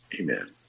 amen